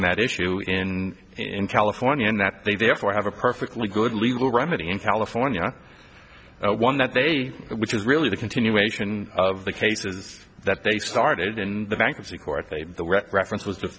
in that issue in in california and that they therefore have a perfectly good legal remedy in california one that they which is really the continuation of the cases that they started in the bankruptcy court they had the reference was